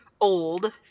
old